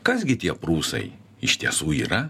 kas gi tie prūsai iš tiesų yra